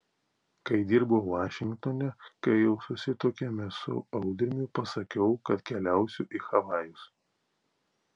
kai dirbau vašingtone kai jau susituokėme su audriumi pasakiau kad keliausiu į havajus